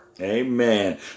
Amen